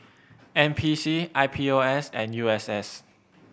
N P C I P O S and U S S